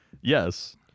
Yes